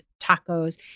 tacos